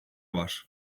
var